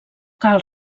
cal